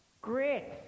Great